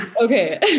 okay